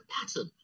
pattern